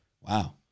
wow